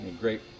great